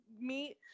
meet